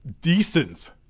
decent